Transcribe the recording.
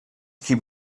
keep